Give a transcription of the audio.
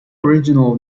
original